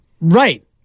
Right